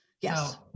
yes